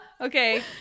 okay